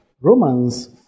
Romans